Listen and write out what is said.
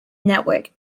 network